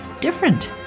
different